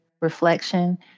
reflection